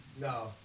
No